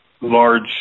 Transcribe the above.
large